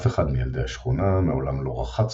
אף אחד מילדי השכונה מעולם לא רחץ